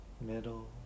middle